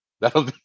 that'll